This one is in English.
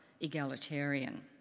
egalitarian